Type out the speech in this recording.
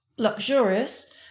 Luxurious